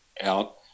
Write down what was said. out